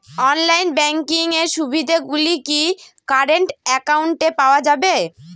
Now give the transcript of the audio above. Online banking এর সুবিধে গুলি কি কারেন্ট অ্যাকাউন্টে পাওয়া যাবে?